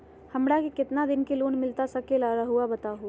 हमरा के कितना के लोन मिलता सके ला रायुआ बताहो?